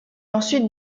ensuite